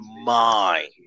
mind